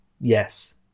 yes